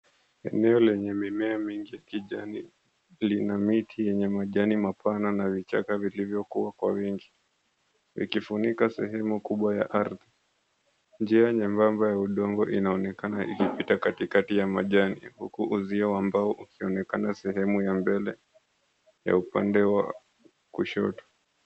Eneo lenye mimea mingi ya kijani, lina miti yenye majani mapana na vichaka viliuvyokuwa kwa wingi vikifunika sehemu kubwa ya ardhi. Njia nyembembe ya udongo inaonekana ikipita katikati ya huku uzio wa mbao ukionekana sehemu ya mbele ya upende wa kushoto.